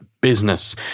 business